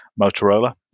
Motorola